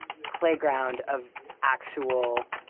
playground of actual,